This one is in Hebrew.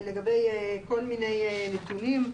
לגבי כל מיני נתונים,